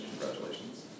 Congratulations